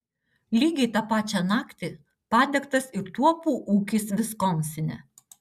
lygiai tą pačią naktį padegtas ir tuopų ūkis viskonsine